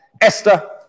Esther